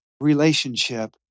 relationship